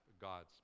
God's